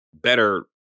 better